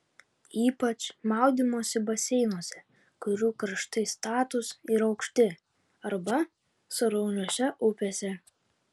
ypač maudymosi baseinuose kurių kraštai statūs ir aukšti arba srauniose upėse